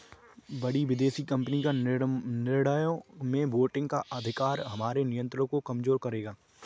बड़ी विदेशी कंपनी का निर्णयों में वोटिंग का अधिकार हमारे नियंत्रण को कमजोर करेगा